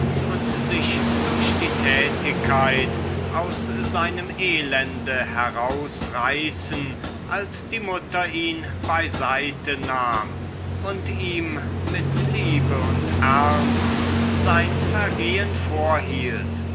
und sich durch die tätigkeit aus seinem elende herausreißen als die mutter ihn beiseite nahm und ihm mit liebe und ernst sein vergehen